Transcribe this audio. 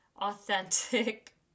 authentic